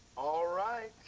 alright.